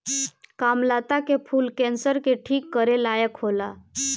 कामलता के फूल कैंसर के ठीक करे लायक होला